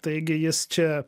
taigi jis čia